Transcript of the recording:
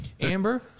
Amber